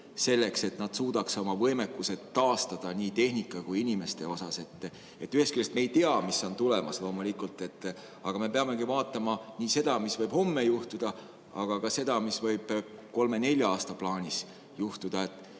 selleks, et nad suudaksid oma võimekuse taastada nii tehnika kui ka inimeste poolest. Ühest küljest me ei tea, mis on tulemas, loomulikult, aga me peamegi vaatama nii seda, mis võib homme juhtuda, kui ka seda, mis võib kolme-nelja aasta plaanis juhtuda.